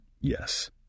Yes